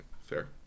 Fair